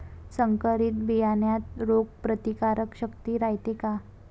संकरित बियान्यात रोग प्रतिकारशक्ती रायते का?